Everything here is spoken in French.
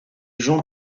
jean